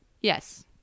Yes